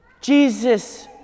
Jesus